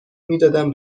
میدادم